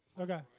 Okay